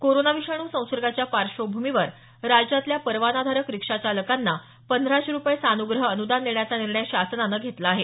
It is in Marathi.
कोरोना विषाणू संसर्गाच्या पार्श्वभूमीवर राज्यातल्या परवानाधारक रिक्षा चालकांना पंधराशे रुपये सान्ग्रह अनुदान देण्याचा निर्णय शासनानं घेतला आहे